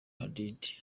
hadid